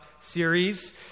series